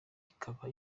ikaba